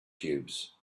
cubes